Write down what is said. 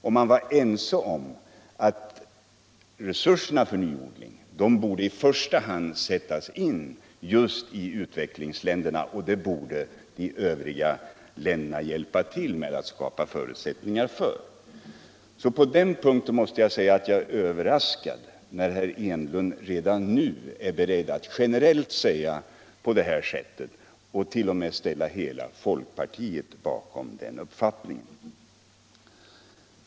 Och man var överens om att resurserna för nyodling därför borde sättas in just i utvecklingsländerna, och de övriga länderna borde hjälpa till med att skapa förutsättningar härför. Jag är därför överraskad när herr Enlund är beredd att redan nu generellt uttala sig på det sätt han gör och t.o.m. ställa hela folkpartiet bakom den uppfattningen.